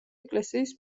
ეკლესიის